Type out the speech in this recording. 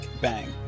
bang